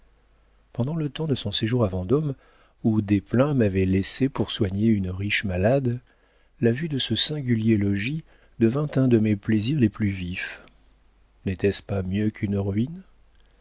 pendant le temps de son séjour à vendôme où desplein m'avait laissé pour soigner un riche malade la vue de ce singulier logis devint un de mes plaisirs les plus vifs n'était-ce pas mieux qu'une ruine